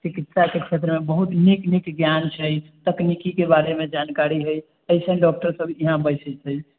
चिकित्सा के क्षेत्र मे बहुत नीक नीक ज्ञान छै तकनिकीके बारेमे जानकारी है अइसन डॉक्टर सब ईहाँ बैठै छै